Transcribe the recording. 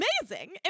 Amazing